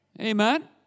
Amen